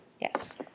Yes